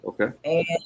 Okay